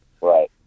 right